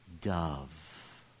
dove